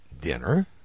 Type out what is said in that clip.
dinner